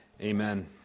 Amen